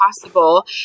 possible